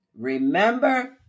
Remember